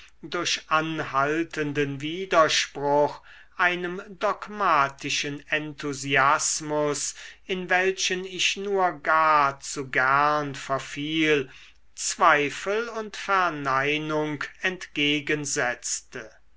durch anhaltenden widerspruch einem dogmatischen enthusiasmus in welchen ich nur gar zu gern verfiel zweifel und verneinung entgegensetzte